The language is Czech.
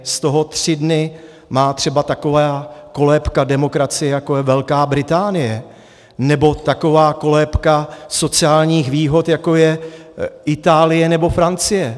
Z toho tři dny má třeba taková kolébka demokracie, jako je Velká Británie, nebo taková kolébka sociálních výhod, jako je Itálie nebo Francie.